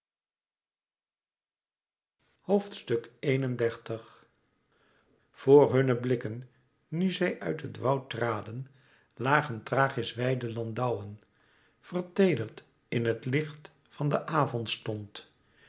xxxi voor hunne blikken nu zij uit het woud traden lagen thrachis wijde landouwen verteederd in het licht van den avondstond